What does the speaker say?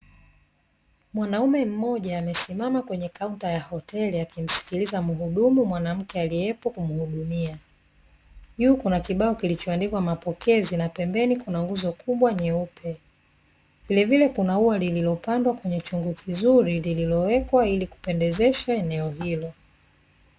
Mwanaume mmoja amesimama kwenye kaunta ya hoteli akimskiliza mhudumu mwanamke aliepo kumhudumia. Juu kuna kibao kilichoandikwa mapokezi na pembeni kuna nguzo kubwa nyeupe. Vilevile kuna ua lililopandwa kwenye chungu kizuri lililowekwa ili kupendezesha eneo hilo.